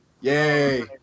Yay